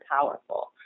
powerful